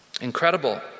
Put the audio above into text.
Incredible